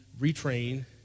retrain